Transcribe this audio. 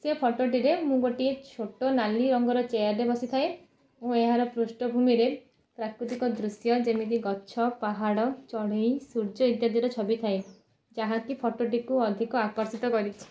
ସେ ଫଟୋଟିରେ ମୁଁ ଗୋଟିଏ ଛୋଟ ନାଲି ରଙ୍ଗର ଚେୟାର୍ରେ ବସିଥାଏ ମୁଁ ଏହାର ପୃଷ୍ଠଭୂମିରେ ପ୍ରାକୃତିକ ଦୃଶ୍ୟ ଯେମିତି ଗଛ ପାହାଡ଼ ଚଢ଼େଇ ସୂର୍ଯ୍ୟ ଇତ୍ୟାଦିର ଛବି ଥାଏ ଯାହାକି ଫଟୋଟିକୁ ଅଧିକ ଆକର୍ଷିତ କରିଛି